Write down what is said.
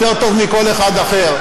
יותר טוב מכל אחד אחר,